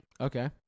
okay